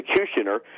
executioner